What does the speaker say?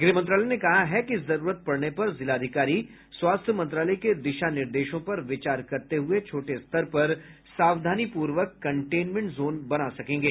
गृह मंत्रालय ने कहा है कि जरूरत पडने पर जिलाधिकारी स्वास्थ्य मंत्रालय के दिशा निर्देशों पर विचार करते हुए छोटे स्तर पर सावधानीपूर्वक कंटेनमेंट जोन बना सकेंगे